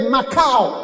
Macau